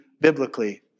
biblically